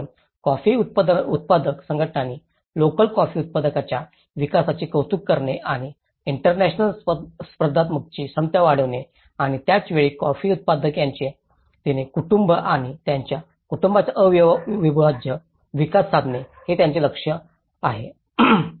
म्हणूनच कॉफी उत्पादक संघटनांनी लोकल कॉफी उद्योगाच्या विकासाचे कौतुक करणे आणि इंटरनॅशनल स्पर्धात्मकतेची क्षमता वाढविणे आणि त्याच वेळी कॉफी उत्पादक त्याचे तिचे कुटुंब आणि त्याच्या कुटुंबाचा अविभाज्य विकास साधणे हे त्यांचे लक्ष्य आहे प्रदेश